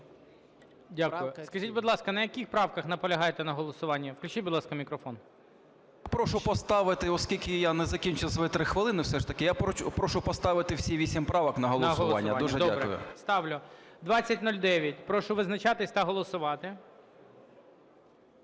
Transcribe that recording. Дякую. Скажіть, будь ласка, на яких правках наполягаєте на голосуванні. Включіть, будь ласка, мікрофон. 12:39:02 ЧОРНИЙ В.І. Прошу поставити, оскільки я не закінчив свої 3 хвилини все ж таки, я прошу поставити всі вісім правок на голосування. Дуже дякую. ГОЛОВУЮЧИЙ. Добре. Ставлю. 2009. Прошу визначатись та голосувати.